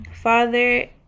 Father